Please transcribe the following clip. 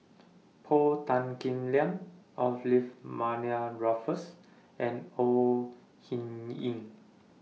Paul Tan Kim Liang Olivia Mariamne Raffles and Au Hing Yee